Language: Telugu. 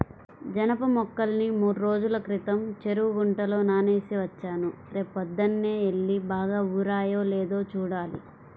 జనప మొక్కల్ని మూడ్రోజుల క్రితం చెరువు గుంటలో నానేసి వచ్చాను, రేపొద్దన్నే యెల్లి బాగా ఊరాయో లేదో చూడాలి